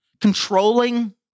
controlling